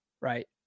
right